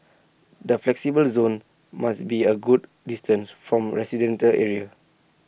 the flexible zones must be A good distance from residential areas